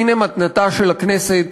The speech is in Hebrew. הנה מתנתה של הכנסת